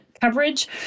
coverage